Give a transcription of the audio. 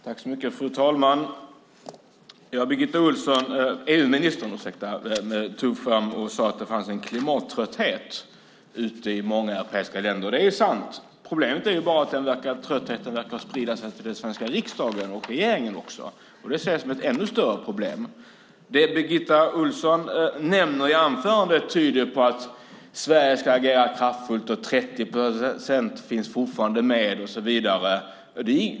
Fru talman! EU-ministern sade att det fanns en klimattrötthet ute i många europeiska länder. Det är sant. Problemet är bara att den tröttheten också verkar sprida sig till den svenska riksdagen och regeringen, och det ser jag som ett ännu större problem. Det Birgitta Ohlsson nämner i anförandet tyder på att Sverige ska agera kraftfullt. 30 procent finns fortfarande med och så vidare.